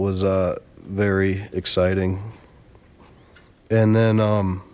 was a very exciting and then